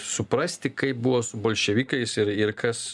suprasti kaip buvo su bolševikais ir ir kas